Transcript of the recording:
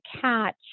catch